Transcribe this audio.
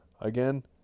Again